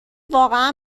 واقعا